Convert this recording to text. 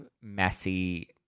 messy